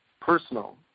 personal